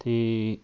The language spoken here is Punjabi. ਅਤੇ